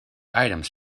items